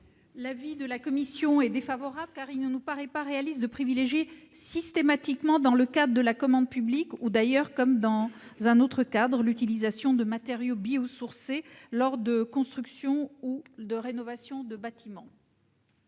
l'avis de la commission ? Il ne paraît pas réaliste de privilégier systématiquement, dans le cadre de la commande publique ou dans tout autre cadre, l'utilisation de matériaux biosourcés lors de la construction ou la rénovation de bâtiments.